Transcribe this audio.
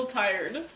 tired